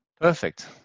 Perfect